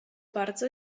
bardzo